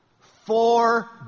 Four